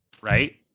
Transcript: Right